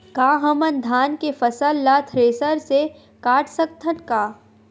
का हमन धान के फसल ला थ्रेसर से काट सकथन का?